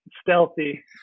stealthy